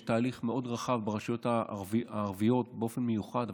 יש תהליך מאוד רחב ברשויות הערביות באופן מיוחד,